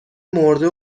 مرده